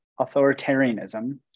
authoritarianism